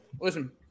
Listen